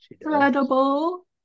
incredible